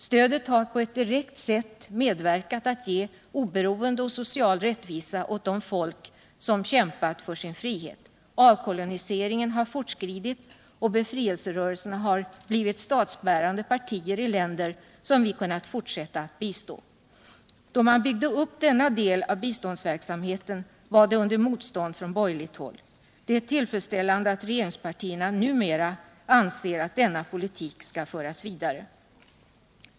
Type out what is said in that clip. Stödet har på ett direkt sätt medverkat till att ge oberoende och social rättvisa åt de folk som kämpat för sin frihet. Avkoloniseringen har fortskridit och befrielserörelserna har blivit statsbärande partier i länder som vi har kunnat fortsätta att bistå. Då man byggde upp denna del av biståndsverksamheten var det under motstånd från borgerligt håll. Det är tillfredsställande att regeringspartierna numera anser att denna politik skall föras vidare.